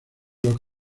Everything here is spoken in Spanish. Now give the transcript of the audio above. los